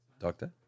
Doctor